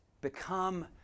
become